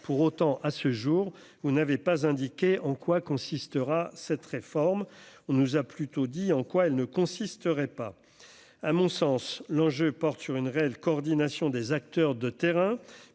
pour autant, à ce jour, vous n'avez pas indiqué en quoi consistera cette réforme, on nous a plutôt dit en quoi elle ne consisterait pas à mon sens l'enjeu porte sur une réelle coordination des acteurs de terrain